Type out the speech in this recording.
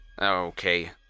Okay